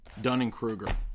Dunning-Kruger